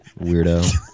weirdo